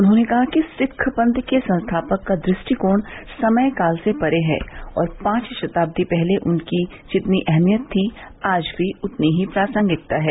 उन्होंने कहा कि सिख पंथ के संस्थापक का दृष्टिकोण समय काल से परे है और पांच शताब्दी पहले उसकी जितनी अहमियत थी आज भी उतनी ही प्रासंगिकता है